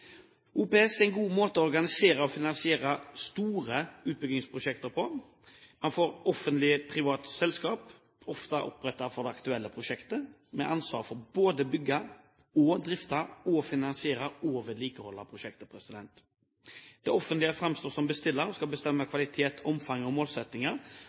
OPS er en god måte å organisere og finansiere store utbyggingsprosjekter på. Man får et privat selskap, ofte opprettet for det aktuelle prosjektet, med ansvar for både å bygge, drifte, finansiere og vedlikeholde prosjektet. Det offentlige framstår som bestiller og skal bestemme kvalitet, omfang og målsettinger.